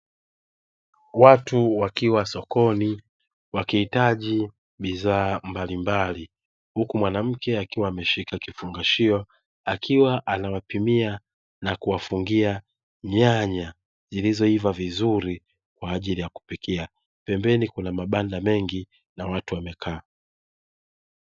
Watu wakiwa sokoni wakihitaji bidhaa mbalimbali, huku mwanamke akiwa ameshika akiwa anawapimia na kuwafungia zilizoiva vizuri kwa ajili ya kupikia. Pambeni kuna mabanda mengi na watu wamekaa.